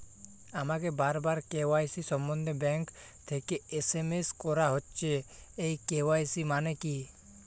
আমাকে বারবার কে.ওয়াই.সি সম্বন্ধে ব্যাংক থেকে এস.এম.এস করা হচ্ছে এই কে.ওয়াই.সি মানে কী?